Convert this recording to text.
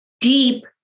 deep